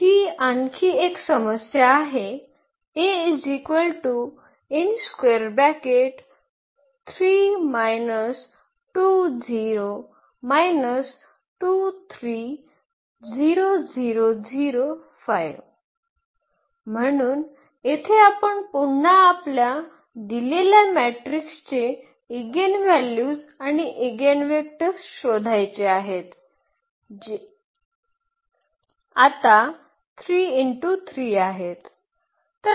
ही आणखी एक समस्या आहे म्हणून येथे पुन्हा आपल्याला दिलेल्या मॅट्रिक्सचे एगेनव्हल्यूज आणि एगिनवेक्टर्स शोधायचे आहेत जे आता 3×3 आहे